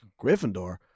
Gryffindor